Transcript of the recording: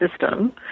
system